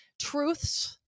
truths